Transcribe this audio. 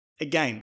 Again